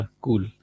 Cool